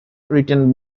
written